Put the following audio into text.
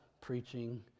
preaching